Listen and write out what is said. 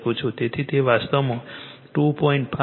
તેથી તે વાસ્તવમાં 2